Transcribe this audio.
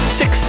six